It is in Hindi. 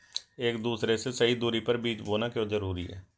एक दूसरे से सही दूरी पर बीज बोना क्यों जरूरी है?